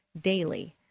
daily